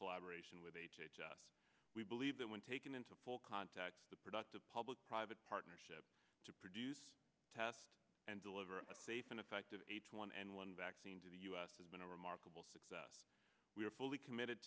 collaboration with h h s we believe that when taken into full contact the productive public private partnership to produce test and deliver a safe and effective h one n one vaccine to the us has been a remarkable success we are fully committed